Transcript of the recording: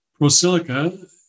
ProSilica